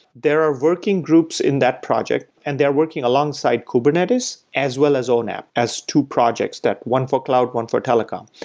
there are working groups in that project and they're working alongside kubernetes as well as onap as two projects, one for cloud, one for telecom,